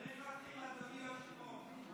צריך להתחיל: